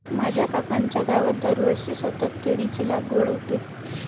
माझ्या काकांच्या गावात दरवर्षी सतत केळीची लागवड होते